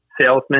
salesman